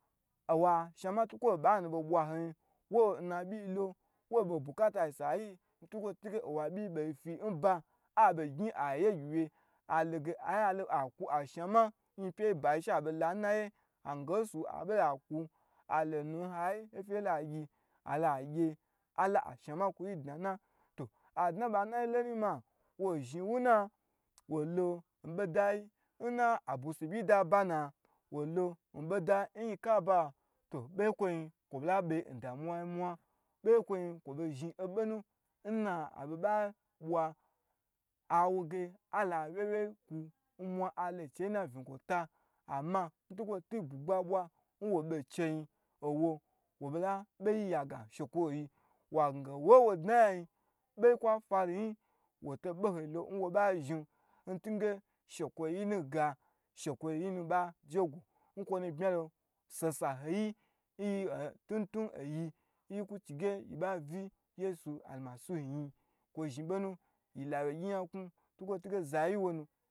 Owa shnama twukwo, o ɓanu ɓo ɓwan nu, wo nna ɓyi-i lo, wo ɓon bukatain sayi, n twakwo twuge owa ɓyi ɓo fyi n ba, a ɓo gnyi aye gyi wye aloge aye alo, akwu ashnama nyi pyei bayi, she aɓo la n naye, ange nsu aɓo lo a kwu, a lonu n hayi, ofye la gyi, alo a gye ala ashnama kwu yi dnana, to a dna ɓa na lo inyi ma wo zhni wuna, wolo nɓodai nna abwusi ɓyi-i daba na, wo lo n ɓodai n nyi ka ba, to ɓe ye n kwonyi kwo ɓo la ɓe n damuwai n mwa, ɓei kwonyi kwo ɓo zhni oɓonu, nna, a ɓo ɓa ɓwa, awoge ala wyewyei kwu n mwa, alon chei nna unyigwota, amman twukwo twu n bwugba ɓwan wo ɓo n chein, owo, wo ɓo la ɓei ya ga she kwoyi, wange o wo n wo dnaya nyi ɓei n kwa fwalu nyi, woto nɓo ho lonwo ɓa zhnin, ntunge, she kwoyi nu ga, she kwoyi-i nu ɓaje gwo n kwonu ɓmya lo, saho saho yi nyi-oyi, tuntun, oyi nyi kwu chige, yi ɓa uyi yeisu almasihu nyi, kwo zhni ɓo nu, yilo awye gyi nyaknwu, ntwukwo twuge zayi n wonu.